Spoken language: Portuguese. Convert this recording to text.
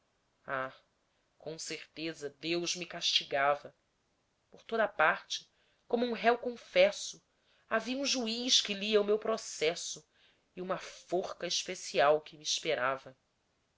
com certeza deus me castigava por toda a parte como um réu confesso havia um juiz que lia o meu processo e uma forca especial que me esperava